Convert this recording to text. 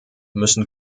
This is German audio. müssen